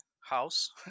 house